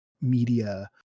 media